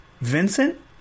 Vincent